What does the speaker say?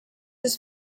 his